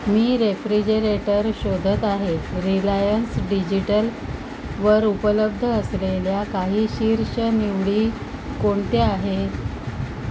मी refrigerator शोधत आहे रिलायन्स डिजिटलवर उपलब्ध असलेल्या काही शीर्ष निवडी कोणते आहेत